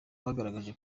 bagaragaje